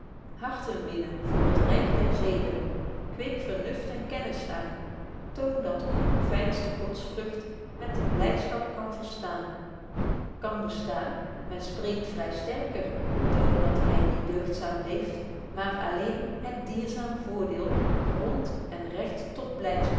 harten winn voor t ryk der zeden kweek vernuft en kennis aan toon dat ongeveinsde godsvrucht met de blydschap kan bestaan kan bestaan men spreek vry sterker toon dat hy die deugdzaam leeft maar alleen het dierbaar voordeel betje wolff proeve over de opvoeding grond en recht tot